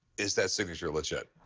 is that signature legit?